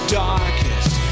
darkest